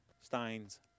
Stein's